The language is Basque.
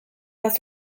bat